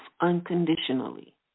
unconditionally